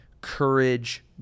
courage